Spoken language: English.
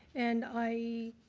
and i